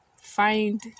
find